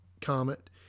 comet